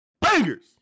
Bangers